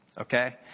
Okay